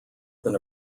than